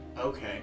Okay